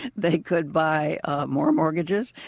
they could buy more and mortgages,